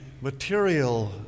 material